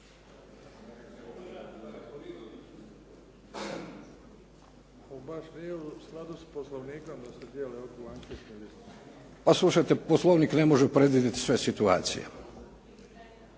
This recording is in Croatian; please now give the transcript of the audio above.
Pa slušajte, Poslovnik ne može predvidjeti sve situacije.